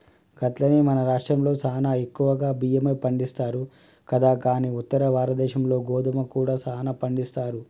గట్లనే మన రాష్ట్రంలో సానా ఎక్కువగా బియ్యమే పండిస్తారు కదా కానీ ఉత్తర భారతదేశంలో గోధుమ కూడా సానా పండిస్తారు